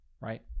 right